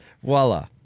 Voila